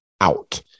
out